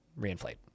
reinflate